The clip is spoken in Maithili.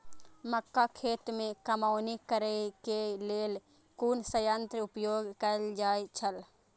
मक्का खेत में कमौनी करेय केय लेल कुन संयंत्र उपयोग कैल जाए छल?